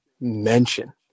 mention